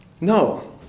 No